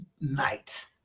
night